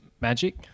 magic